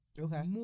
okay